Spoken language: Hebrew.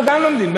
גם אנחנו לומדים.